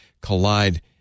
Collide